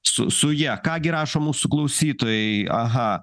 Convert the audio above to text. su su ja ką gi rašo mūsų klausytojai aha